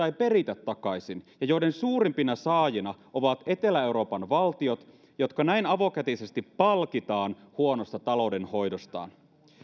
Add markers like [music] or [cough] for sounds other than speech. [unintelligible] ei peritä takaisin ja joiden suurimpina saajina ovat etelä euroopan valtiot jotka näin avokätisesti palkitaan huonosta taloudenhoidostaan